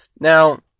Now